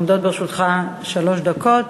עומדות לרשותך שלוש דקות.